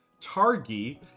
Targi